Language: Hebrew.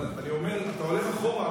אבל אני אומר, אתה הולך אחורה.